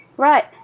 Right